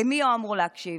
למי הוא אמור להקשיב,